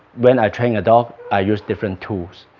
when i train a dog i use different tools